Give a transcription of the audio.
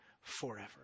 forever